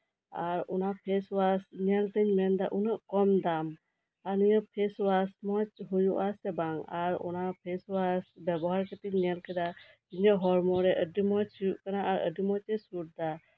ᱟᱨ ᱚᱱᱟ face wash ᱧᱮᱞᱛᱮ ᱢᱮᱱᱫᱟ ᱩᱱᱟᱹᱜ ᱠᱚᱢ ᱫᱟᱢ ᱟᱨ ᱱᱤᱭᱟᱹ ᱯᱷᱮᱥ ᱳᱟᱥ ᱵᱷᱟᱜᱮ ᱦᱩᱭᱩᱜ ᱟᱥᱮ ᱵᱟᱝ ᱟᱨ ᱚᱱᱟ ᱵᱮᱵᱚᱦᱟᱨ ᱠᱟᱛᱤᱧ ᱧᱮᱞ ᱠᱮᱫᱟ ᱟᱨ ᱱᱤᱭᱟᱹ ᱦᱚᱲᱢᱚᱨᱮ ᱟᱹᱰᱤ ᱢᱚᱸᱡ ᱜᱮ ᱥᱩᱴ ᱫᱟᱭ